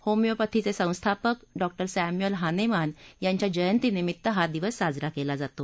होमिओपॅथीचे संस्थापक doctor Samuel Hahnemann यांच्या जयंतीनिमित्त हा दिवस साजरा केला जातो